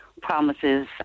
promises